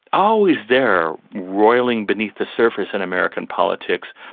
always there roiling between the surface in american politics,